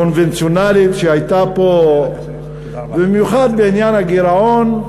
הקונבנציונלית שהייתה פה, ובמיוחד בעניין הגירעון.